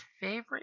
favorite